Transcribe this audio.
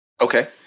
Okay